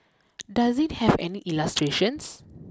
does it have any illustrations